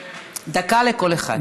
דקה לכל אחד.